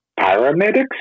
Paramedics